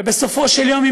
ובסופו של יום,